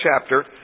chapter